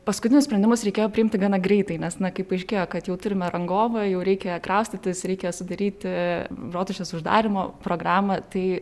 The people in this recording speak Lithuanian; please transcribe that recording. paskutinius sprendimus reikėjo priimti gana greitai nes na kaip paaiškėjo kad jau turime rangovą jau reikia kraustytis reikia sudaryti rotušės uždarymo programą tai